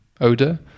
odor